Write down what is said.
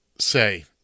say